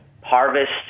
Harvest